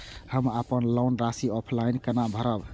हम अपन लोन के राशि ऑफलाइन केना भरब?